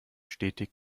stetig